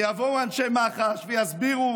ויבואו אנשי מח"ש ויסבירו